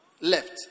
left